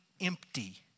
empty